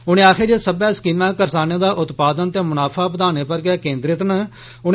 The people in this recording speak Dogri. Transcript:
उनें आक्खेआ जे सब्बै स्कीमां करसानें दा उत्पादन ते मुनाफा बधाने पर गै केन्द्रित न